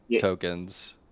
tokens